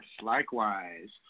likewise